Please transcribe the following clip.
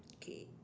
okay